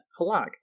Halak